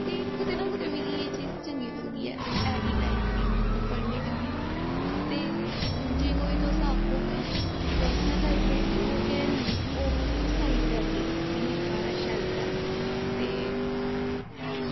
ते कुतै ना कुतै मिगी एह् चीज चंगी लगदी ऐ ऐसी टाईप दी बुक्कां पढ़ने कन्नै ते जे तुस कोई आक्खो कि पर्सनल लाईब्रेरी ओह् ते हैनी ओह् में थुआनूं सनाई ओड़ेआ अग्गें कि निक्का हारा शैल्फ ऐ ते